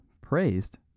praised